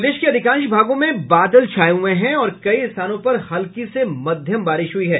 प्रदेश के अधिकांश भागों में बादल छाये हुये हैं और कई स्थानों पर हल्की से मध्यम बारिश हुई है